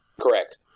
Correct